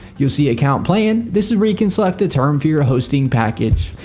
you'll see account plan. this is where you can select the term for your hosting package.